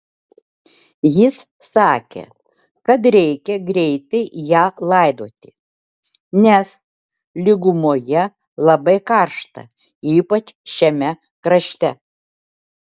jis sakė kad reikia greitai ją laidoti nes lygumoje labai karšta ypač šiame krašte